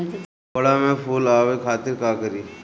कोहड़ा में फुल आवे खातिर का करी?